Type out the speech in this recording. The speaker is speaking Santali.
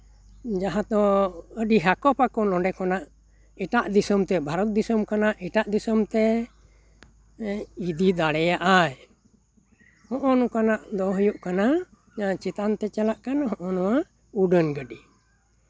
ᱡᱟᱦᱟᱸ ᱫᱚ ᱟᱹᱰᱤ ᱦᱟᱠᱚ ᱯᱟᱠᱚ ᱱᱚᱰᱮ ᱠᱷᱚᱱᱟᱜ ᱮᱴᱟᱜ ᱫᱤᱥᱚᱢᱛᱮ ᱵᱷᱟᱨᱚᱛ ᱫᱤᱥᱚᱢ ᱠᱷᱚᱱᱟᱜ ᱮᱴᱟᱜ ᱫᱤᱥᱚᱢᱛᱮ ᱤᱫᱤ ᱫᱟᱲᱮᱭᱟᱜᱼᱟᱭ ᱦᱚᱜᱼᱚᱭ ᱱᱚᱝᱠᱟᱱᱟᱜ ᱫᱚ ᱦᱩᱭᱩᱜ ᱠᱟᱱᱟ ᱪᱮᱛᱟᱱ ᱛᱮ ᱪᱟᱞᱟᱜ ᱠᱟᱱᱟ ᱦᱚᱜᱼᱚᱭ ᱱᱚᱣᱟ ᱩᱰᱟᱹᱱ ᱜᱟᱹᱰᱤ